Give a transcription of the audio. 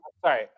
sorry